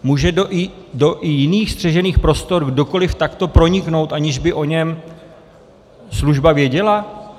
Může i do jiných střežených prostor kdokoli takto proniknout, aniž by o něm služba věděla?